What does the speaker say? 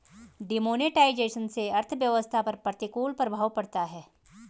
demonetisation से अर्थव्यवस्था पर प्रतिकूल प्रभाव पड़ता है